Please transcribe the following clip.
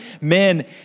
Men